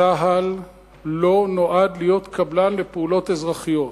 צה"ל לא נועד להיות קבלן לפעולות אזרחיות,